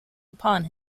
upon